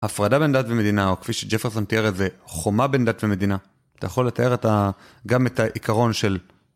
הפרדה בין דת ומדינה, או כפי שג'פרסון תיאר את זה, חומה בין דת ומדינה. אתה יכול לתאר את ה.. גם את העיקרון של...